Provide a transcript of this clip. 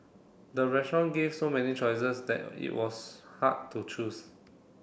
the restaurant gave so many choices that it was hard to choose